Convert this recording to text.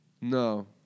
No